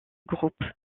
groupe